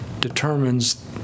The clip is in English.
determines